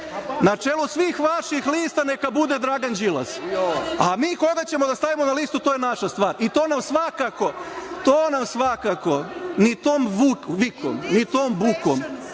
Na čelo svih vaših lista neka bude Dragan Đilas, a mi koga ćemo da stavimo na listu, to je naša stvar i to nam svakako ni tom vikom, ni tom bukom,